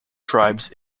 tribes